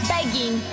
Begging